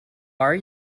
are